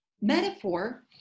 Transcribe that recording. metaphor